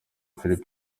philbert